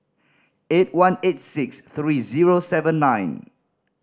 eight one eight six three zero seven nine